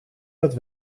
dat